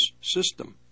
system